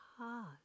heart